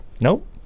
Nope